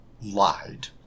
lied